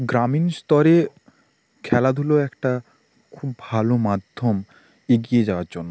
গ্রামীণ স্তরে খেলাধুলো একটা খুব ভালো মাধ্যম এগিয়ে যাওয়ার জন্য